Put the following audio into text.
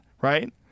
right